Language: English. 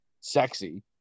sexy